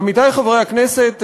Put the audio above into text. עמיתי חברי הכנסת,